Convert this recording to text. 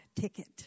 ticket